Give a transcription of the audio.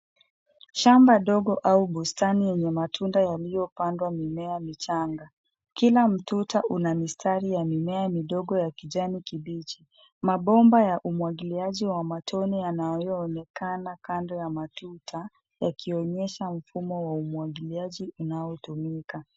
Shamba ndogo au bustani yenye matuta yaliyopandwa mimea michanga. Kila mtuta una mistari ya mimea midogo ya kijani kibichi. Mabomba ya umwagiliaji wa matone yanayoonekana kando ya matuta yakionyesha mfumo wa umwagiliaji unaotumika.